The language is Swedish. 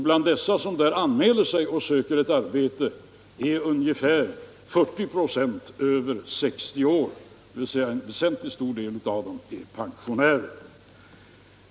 Bland dem som anmäler sig och söker arbete är ungefär 40 96 över 60 år, dvs. en väsentligt stor del av dem är pensionärer.